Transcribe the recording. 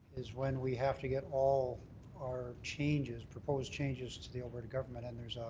is when we have to get all our changes, proposed changes to the alberta government, and there's ah